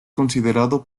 considerado